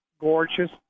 gorgeous